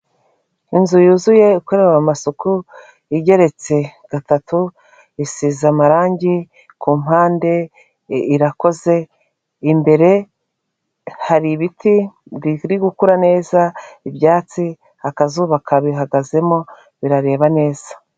Inzu yuzuye ikorewe amasuku igeretse gatatu isize amarangi ku mpande irakoze imbere hari ibiti biri gukura neza ibyatsi akazuba kabihagazemo birareba neza.